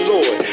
Lord